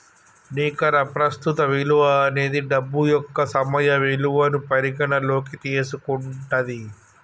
నికర ప్రస్తుత విలువ అనేది డబ్బు యొక్క సమయ విలువను పరిగణనలోకి తీసుకుంటది